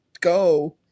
go